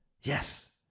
yes